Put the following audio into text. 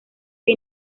que